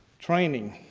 training.